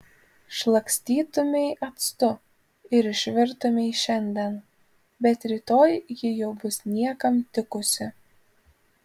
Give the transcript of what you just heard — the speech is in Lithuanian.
šlakstytumei actu ir išvirtumei šiandien bet rytoj ji jau bus niekam tikusi